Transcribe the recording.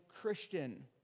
Christian